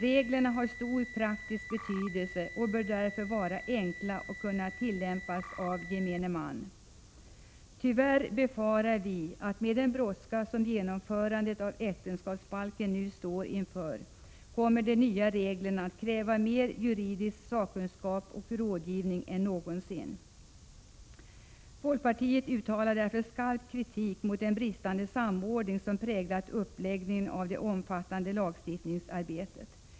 Reglerna har stor praktisk betydelse och bör därför vara enkla och kunna tillämpas av gemene man. Tyvärr befarar vi att de nya reglerna, med tanke på den brådska med vilken äktenskapsbalken nu skall införas, kommer att kräva mer juridisk sakkunskap och rådgivning än de nuvarande reglerna någonsin har gjort. Folkpartiet uttalar därför skarp kritik mot den brist på samordning som präglat uppläggningen av det omfattande lagstiftningsarbetet.